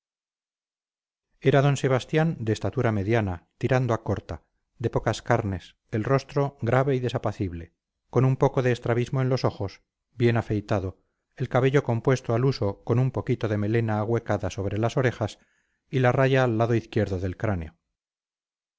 era d sebastián de estatura mediana tirando a corta de pocas carnes el rostro grave y desapacible con un poco de estrabismo en los ojos bien afeitado el cabello compuesto al uso con un poquito de melena ahuecada sobre las orejas y la raya al lado izquierdo del cráneo